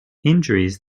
injuries